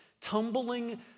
tumbling